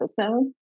episode